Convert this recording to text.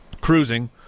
cruising